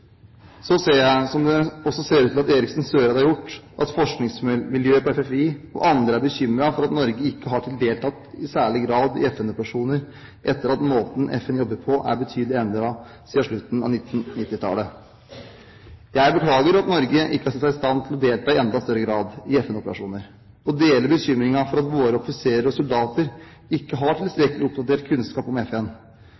Så ser jeg – som det også ser ut til at Eriksen Søreide har gjort – at forskningsmiljøet på FFI og andre er bekymret for at Norge ikke har deltatt i særlig grad i FN-operasjoner etter at måten FN jobber på, er betydelig endret siden slutten av 1990-tallet. Jeg beklager at Norge ikke har sett seg i stand til å delta i enda større grad i FN-operasjoner og deler bekymringen for at våre offiserer og soldater ikke har